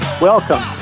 Welcome